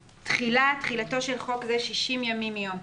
תחילה תחילתו של חוק זה 60 ימים מיום פרסומו.